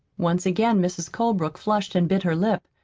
once again mrs. colebrook flushed and bit her lip.